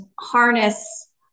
harness